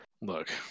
look